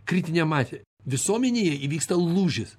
kritinė masė visuomenėje įvyksta lūžis